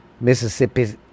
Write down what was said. Mississippi